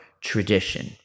tradition